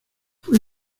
fue